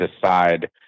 decide